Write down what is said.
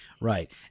right